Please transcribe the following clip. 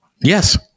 Yes